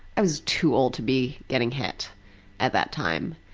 i was too old to be getting hit at that time.